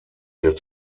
hier